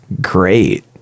great